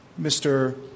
Mr